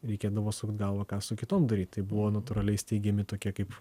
reikėdavo sukt galvą ką su kitom daryt tai buvo natūraliai steigiami tokie kaip